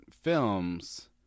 films